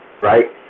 right